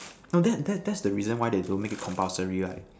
no that that that's the reason why they don't make it compulsory right